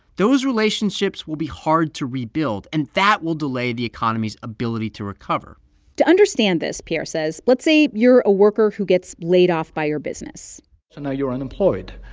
those relationships will be hard to rebuild, and that will delay the economy's ability to recover to understand this, pierre says, let's say you're a worker who gets laid off by your business so now you're unemployed.